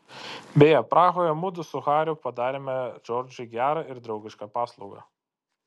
beje prahoje mudu su hariu padarėme džordžui gerą ir draugišką paslaugą